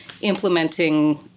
implementing